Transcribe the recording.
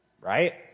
right